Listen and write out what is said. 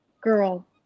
Girl